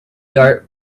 dart